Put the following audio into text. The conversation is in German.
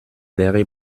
wäre